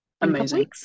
Amazing